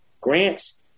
grants